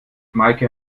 meike